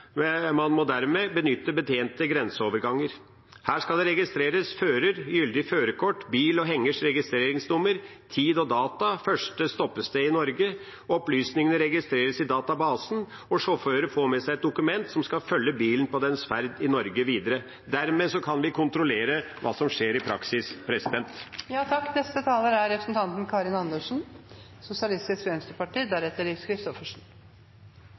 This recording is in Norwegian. Man må dermed benytte betjente grenseoverganger. Her skal det registreres fører, gyldig førerkort, bil og hengers registreringsnummer, tid og dato og første stoppested i Norge. Opplysningene registreres i databasen, og sjåføren får med seg et dokument som skal følge bilen på dens ferd videre i Norge. Dermed kan vi kontrollere hva som skjer i praksis.